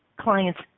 clients